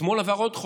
אתמול עבר עוד חוק,